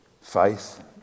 faith